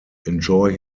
enjoy